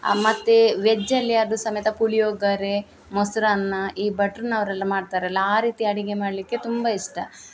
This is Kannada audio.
ಮತ್ತೆ ವೆಜ್ಜಲ್ಲಿ ಅದು ಸಮೇತ ಪುಳಿಯೋಗರೆ ಮೊಸರನ್ನ ಈ ಭಟ್ರ್ನವರೆಲ್ಲ ಮಾಡ್ತಾರಲ್ಲ ಆ ರೀತಿ ಅಡುಗೆ ಮಾಡಲಿಕ್ಕೆ ತುಂಬ ಇಷ್ಟ